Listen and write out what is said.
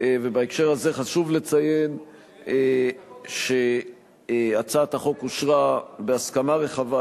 בהקשר הזה חשוב לציין שהצעת החוק אושרה בהסכמה רחבה,